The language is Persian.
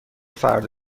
فردا